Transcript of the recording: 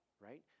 right